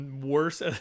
worse